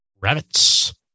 Rabbits